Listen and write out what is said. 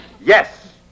Yes